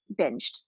binged